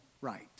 right